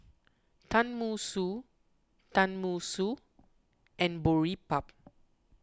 Tenmusu Tenmusu and Boribap